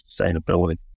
sustainability